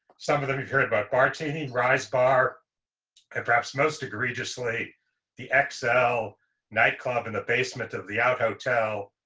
some of them you hear about martini rise bar and perhaps most egregiously the xcel nightclub in the basement of the our hotel.